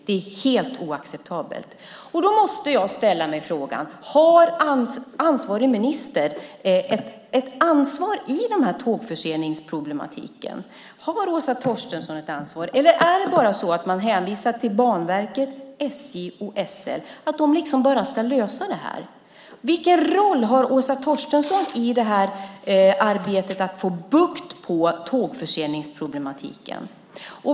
Det är helt oacceptabelt! Jag måste ställa frågan: Har ministern ett ansvar i tågförseningsproblematiken? Har Åsa Torstensson ett ansvar, eller hänvisar hon bara till Banverket, SJ och SL, och att de liksom bara ska lösa det hela? Vilken roll har Åsa Torstensson i arbetet med att få bukt med tågförseningsproblematiken?